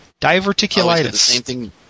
Diverticulitis